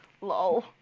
Lol